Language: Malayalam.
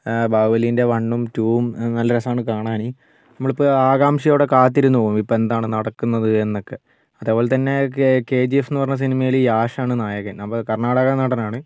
ബാഹുബലീൻ്റെ വണ്ണും ടൂവും നല്ല രസമാണ് കാണാൻ നമ്മളിപ്പോൾ ആകാംക്ഷയോടെ കാത്തിരുന്നു പോവും ഇപ്പം എന്താണ് നടക്കുന്നത് എന്നൊക്കെ അതേപോലെത്തന്നെ കെ ജി എഫ് എന്നു പറഞ്ഞ സിനിമയിൽ യാഷാണ് നായകൻ അപ്പോൾ കർണ്ണാടക നടനാണ്